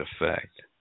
effect